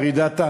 ארידתא.